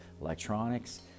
electronics